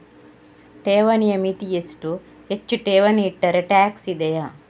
ಠೇವಣಿಯ ಮಿತಿ ಎಷ್ಟು, ಹೆಚ್ಚು ಠೇವಣಿ ಇಟ್ಟರೆ ಟ್ಯಾಕ್ಸ್ ಇದೆಯಾ?